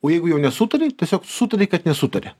o jeigu jau nesutari tiesiog sutari kad nesutari